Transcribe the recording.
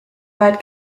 weit